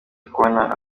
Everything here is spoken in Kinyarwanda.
kubona